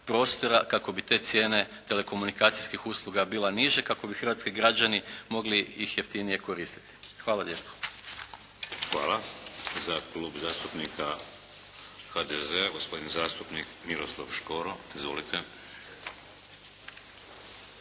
prostora kako bi te cijene telekomunikacijskih usluga bila niža, kako bi hrvatski građani mogli ih jeftinije koristiti. Hvala lijepo. **Šeks, Vladimir (HDZ)** Hvala. Za Klub zastupnika HDZ-a, gospodin zastupnik Miroslav Škoro. Izvolite.